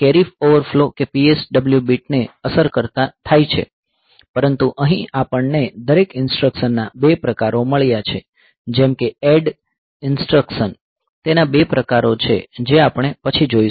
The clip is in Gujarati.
તે કેરી ઓવરફ્લો કે PSW બિટ્સને અસર થાય છે પરંતુ અહીં આપણને દરેક ઇન્સટ્રકશનના 2 પ્રકારો મળ્યા છે જેમ કે ADD ઇન્સટ્રકશન તેના 2 પ્રકારો છે જે આપણે પછી જોઈશું